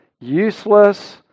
useless